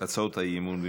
הצעות האי-אמון במשולב.